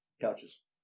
Couches